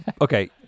Okay